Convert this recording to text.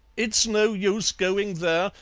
it's no use going there,